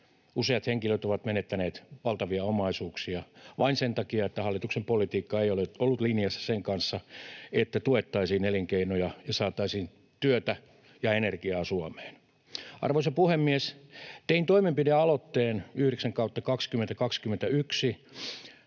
Useat henkilöt ovat menettäneet valtavia omaisuuksia vain sen takia, että hallituksen politiikka ei ole ollut linjassa sen kanssa, että tuettaisiin elinkeinoja ja saataisiin työtä ja energiaa Suomeen. Arvoisa puhemies! Tein 9/2021 helmikuun 11.